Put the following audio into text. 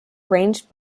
arranged